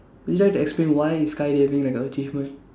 would you like to explain why is skydiving like a achievement